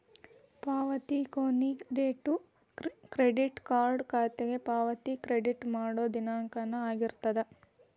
ಪಾವತಿ ಕೊನಿ date credit card ಖಾತೆಗೆ ಪಾವತಿ ಕ್ರೆಡಿಟ್ ಮಾಡೋ ದಿನಾಂಕನ ಆಗಿರ್ತದ